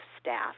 staff